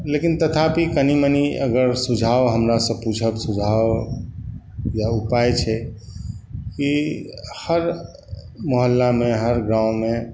लेकिन तथापि कनी मनी अगर सुझाव हमरासँ पूछब तँ सुझाव या उपाय छै कि हर मोहल्लामे हर गाँवमे